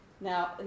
Now